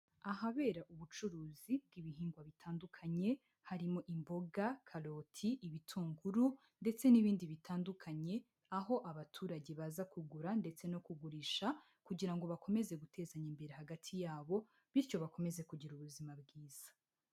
Ahabera ubucuruzi bw'ibihingwa bitandukanye, harimo imboga, karoti ibitunguru ndetse n'ibindi bitandukanye, aho abaturage baza kugura ndetse no kugurisha kugira ngo bakomeze gutezanya imbere hagati yabo, bityo bakomeze kugira ubuzima bwiza.